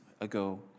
ago